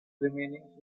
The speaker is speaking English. remaining